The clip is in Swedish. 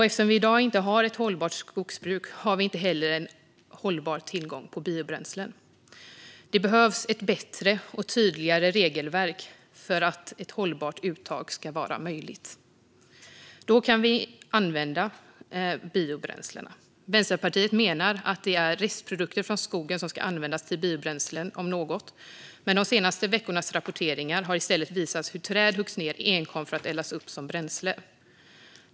Eftersom vi i dag inte har ett hållbart skogsbruk har vi inte heller en hållbar tillgång på biobränslen. Det behövs ett bättre och tydligare regelverk för att ett hållbart uttag ska vara möjligt. Då kan vi använda biobränslen. Vänsterpartiet menar att det är restprodukter från skogen som ska användas till biobränslen, om något. Men de senaste veckornas rapporteringar har i stället visat hur träd huggs ned enkom för att eldas upp som bränsle.